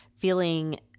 feeling